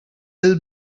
will